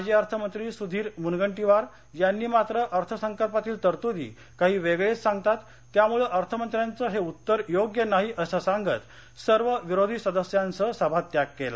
माजी अर्थमंत्री सुधीर मुनगंटीवार यांनी मात्र अर्थसंकल्पातील तरतुदी काही वेगळेच सांगतात त्यामुळे अर्थमंत्र्यांचं हे उत्तर योग्य नाही असं सांगत सर्व विरोधी सदस्यांसह सभात्याग केला